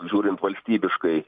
žiūrint valstybiškai